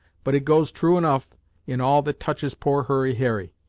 but it goes true enough in all that touches poor hurry harry.